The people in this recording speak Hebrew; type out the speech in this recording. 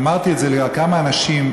אמרתי את זה לכמה אנשים,